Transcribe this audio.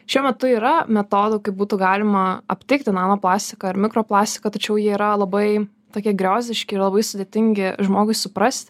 šiuo metu yra metodų kaip būtų galima aptikti nano plastiką ar mikroplastiką tačiau jie yra labai tokie griozdiški ir labai sudėtingi žmogui suprast